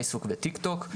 פייסבוק וטיקטוק,